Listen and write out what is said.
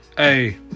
Hey